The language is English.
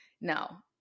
Now